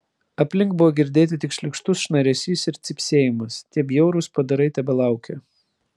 aplink buvo girdėti tik šlykštus šnaresys ir cypsėjimas tie bjaurūs padarai tebelaukė